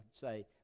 say